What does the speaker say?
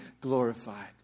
glorified